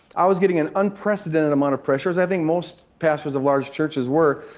i was getting an unprecedented amount of pressure, as i think most pastors of large churches were,